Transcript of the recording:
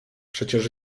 przecież